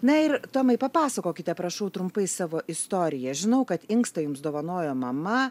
na ir tomai papasakokite prašau trumpai savo istoriją žinau kad inkstą jums dovanojo mama